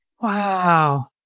Wow